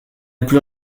plus